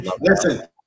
Listen